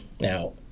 Now